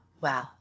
Wow